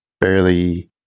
barely